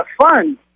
fun